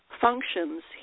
functions